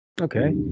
Okay